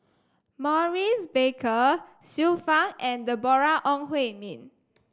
Maurice Baker Xiu Fang and Deborah Ong Hui Min